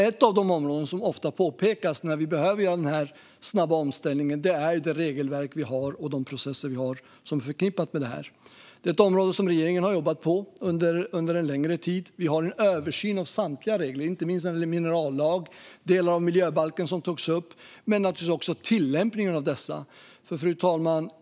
Ett av de områden som ofta nämns i den snabba omställningen är regelverk och processer. Regeringen har arbetet med detta område under en längre tid, och det görs en översyn av samtliga regler, inte minst minerallagen och de delar av miljöbalken som togs upp. Givetvis gäller det också tillämpningen av dessa. Fru talman!